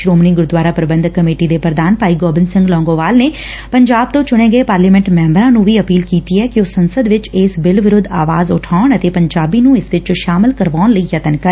Shiromani Gurdwara Parbandhak committee ਦੇ ਪੁਧਾਨ ਭਾਈ ਗੋਬਿੰਦ ਸਿੰਘ ਲੌਂਗੋਵਾਲ ਨੇ ਪੰਜਾਬ ਤੋ ਚੁਣੇ ਗਏ ਪਾਰਲੀਮੈਂਟ ਸੈਂਬਰਾਂ ਨੂੰ ਵੀ ਅਪੀਲ ਕੀਤੀ ਕਿ ਉਹ ਸੰਸਦ ਵਿਚ ਇਸ ਬਿੱਲ ਵਿਰੁੱਧ ਅਵਾਜ਼ ਉਠਾਉਣ ਅਤੇ ਪੰਜਾਬੀ ਨੂੰ ਇਸ ਵਿਚ ਸ਼ਾਮਲ ਕਰਵਾਉਣ ਲਈ ਯਤਨ ਕਰਨ